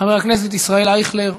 חבר הכנסת ישראל אייכלר,